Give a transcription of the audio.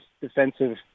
defensive